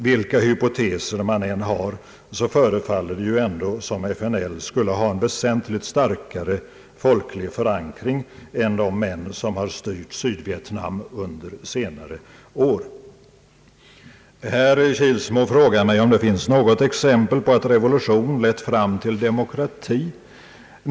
Vilka hypoteser man än har förefaller det som om FNL skulle ha en väsentligt starkare folklig förankring än de män som styrt Sydvietnam under senare år. Herr Kilsmo frågar mig om det finns något exempel på att revolution lett fram till demokrati.